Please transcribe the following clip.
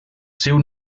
seu